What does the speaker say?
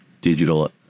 digital